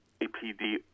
APD